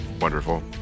Wonderful